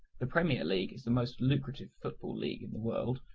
the premier league is the most lucrative football league in the world,